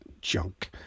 junk